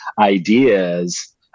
ideas